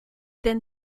then